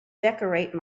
decorate